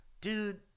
Dude